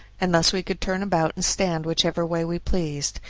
and thus we could turn about and stand whichever way we pleased,